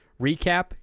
recap